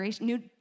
new